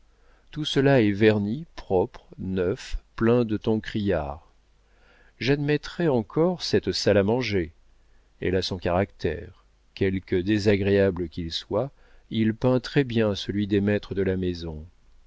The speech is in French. tout cela est verni propre neuf plein de tons criards j'admettrais encore cette salle à manger elle a son caractère quelque désagréable qu'il soit il peint très-bien celui des maîtres de la maison